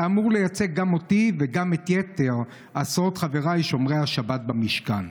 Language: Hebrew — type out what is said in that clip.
אתה אמור לייצג גם אותי וגם את יתר עשרות חברי שומרי השבת במשכן.